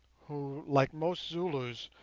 who, like most zulus,